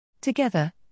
Together